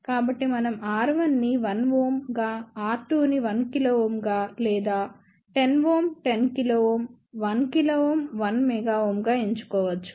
కాబట్టి మనం R1 ని 1 Ω గా R2 ని 1 kΩ గా లేదా 10 Ω 10 kΩ 1 kΩ 1 MΩ గా ఎంచుకోవచ్చు